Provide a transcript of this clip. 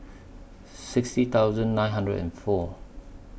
sixty thousand nine hundred and four